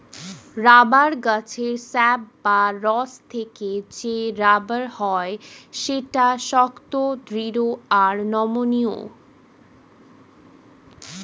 rubber গাছের sap বা রস থেকে যে রাবার হয় সেটা শক্ত, দৃঢ় আর নমনীয়